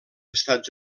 estats